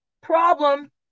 Problem